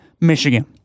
Michigan